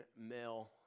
male